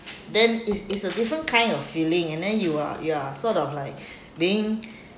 then it's it's a different kind of feeling and then you are you are sort of like being